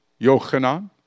Yochanan